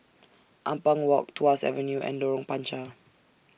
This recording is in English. Ampang Walk Tuas Avenue and Lorong Panchar